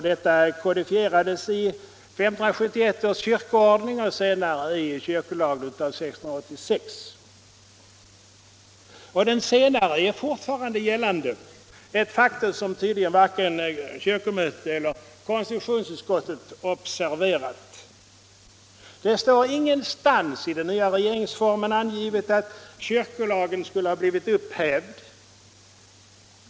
Detta kodifierades i 1571 års kyrkoordning och senare i kyrkolag av 1686. Den senare är fortfarande gällande, ett faktum som tydligen varken kyrkomötet eller konstitutionsutskottet observerat. Det står ingenstans i den nya regeringsformen angivet att kyrkolagen skulle ha blivit upphävd.